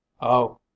Oh